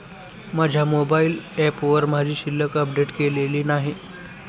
माझ्या मोबाइल ऍपवर माझी शिल्लक अपडेट केलेली नाही